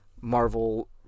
Marvel